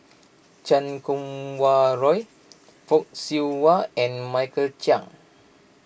Chan Kum Wah Roy Fock Siew Wah and Michael Chiang